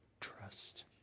trust